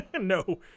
No